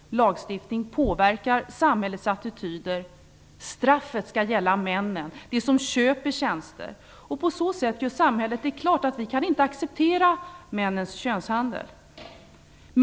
Lagstiftning påverkar samhällets attityder. Straffet skall gälla männen, de som köper tjänster. På så sätt klargör man att samhället inte accepterar männens könshandel.